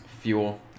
fuel